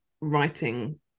writing